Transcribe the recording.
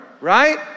right